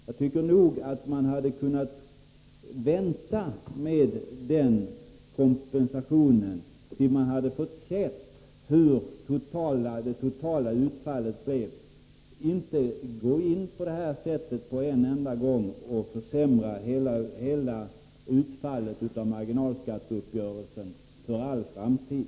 Man hade enligt min mening kunnat vänta med den föreslagna kompensationen tills man sett det totala utfallet i stället för att så här på en enda gång försämra effekterna av marginalskatteuppgörelsen för all framtid.